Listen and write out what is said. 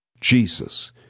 Jesus